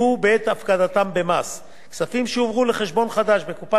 כספים שהועברו לחשבון חדש בקופת גמל ממרכיב הפיצויים,